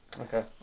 Okay